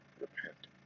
repent